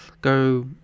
Go